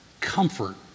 comfort